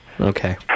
Okay